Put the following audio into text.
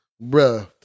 Bro